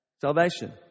Salvation